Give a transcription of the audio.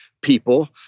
people